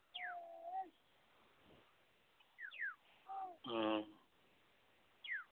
ᱦᱩᱸ